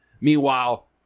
Meanwhile